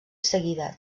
seguida